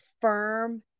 firm